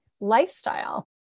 lifestyle